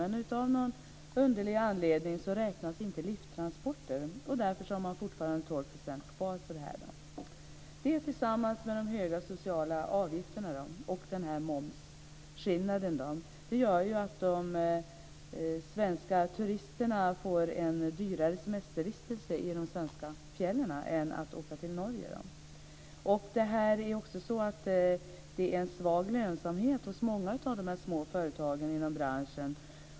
Men av någon underlig anledning räknas inte lifttransporter. Därför har man fortfarande kvar 12 % De höga sociala avgifterna och momskillnaden gör att de svenska turisterna får en dyrare semestervistelse i de svenska fjällen än om de åker till Norge. Det är en svag lönsamhet hos många av de små företagen inom branschen.